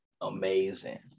Amazing